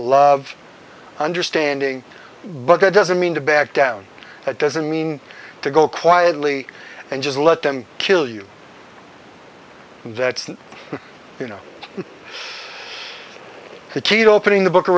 love understanding but that doesn't mean to back down that doesn't mean to go quietly and just let them kill you and that's you know the key to opening the book of